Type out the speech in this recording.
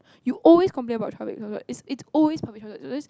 you always complain about public transport it's it's always public transport it's always